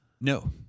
No